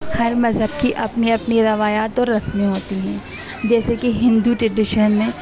ہر مذہب کی اپنی اپنی روایات اور رسمیں ہوتی ہیں جیسے کہ ہندو ٹریڈیشن میں